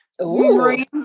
Marines